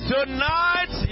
Tonight